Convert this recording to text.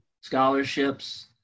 scholarships